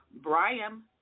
Brian